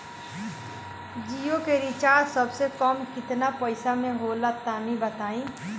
जियो के रिचार्ज सबसे कम केतना पईसा म होला तनि बताई?